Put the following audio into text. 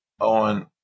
on